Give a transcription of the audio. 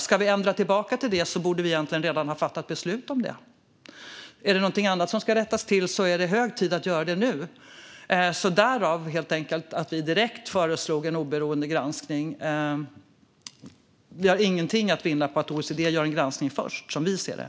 Ska vi ändra tillbaka till det borde vi egentligen redan ha fattat beslut om det. Är det någonting annat som ska rättas till är det hög tid att göra det nu. Därför föreslog vi direkt en oberoende granskning. Vi har ingenting att vinna på att OECD gör en granskning först, som vi ser det.